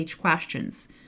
questions